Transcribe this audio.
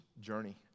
journey